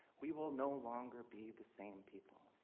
we will no longer be the same people.